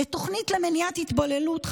לתוכנית למניעת התבוללות,